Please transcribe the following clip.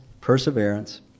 perseverance